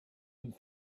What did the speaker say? and